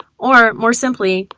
or, more simply,